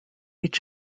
each